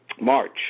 March